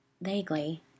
Vaguely